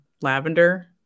lavender